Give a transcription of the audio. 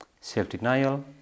Self-denial